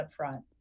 upfront